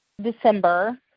December